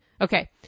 Okay